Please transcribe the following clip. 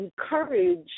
encourage